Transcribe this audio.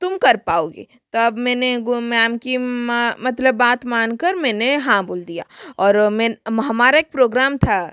तुम कर पाओगी तब मैंने वो मैम की मा मतलब बात मान कर मैंने हाँ बोल दिया और मैं हमारा एक प्रोग्राम था